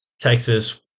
Texas